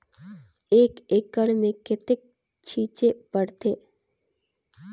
एक एकड़ मे कतेक छीचे पड़थे?